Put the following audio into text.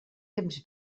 temps